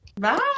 bye